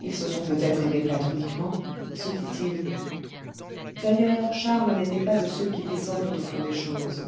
ils se sont peut-être aimés platoniquement se dit-il d'ailleurs charles n'était pas de ceux qui descendent au fond des choses